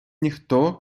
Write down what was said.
ніхто